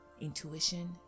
intuition